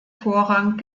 vorrang